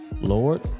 Lord